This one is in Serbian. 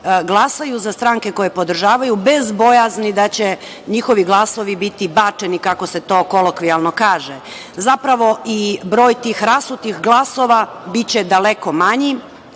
glasaju za stranke koje podržavaju bez bojazni da će njihovi glasovi biti bačeni, kako se to kolokvijalno kaže. Zapravo i broj tih rasutih glasova biće daleko manji